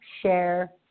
share